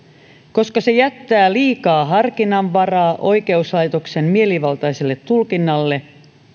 koska se jättää liikaa harkinnanvaraa oikeuslaitoksen mielivaltaiselle tulkinnalle